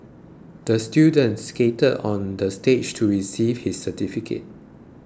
the student skated on the stage to receive his certificate